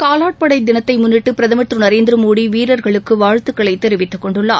காலாட்படை தினத்தை முன்னிட்டு பிரதமர் திரு நரேந்திரமோடி வீரர்களுக்கு வாழ்த்துக்களை தெரிவித்துக் கொண்டுள்ளார்